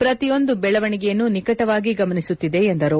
ಪ್ರತಿಯೊಂದು ಬೆಳವಣಿಗೆಯನ್ನು ನಿಕಟವಾಗಿ ಗಮನಿಸುತ್ತಿದೆ ಎಂದರು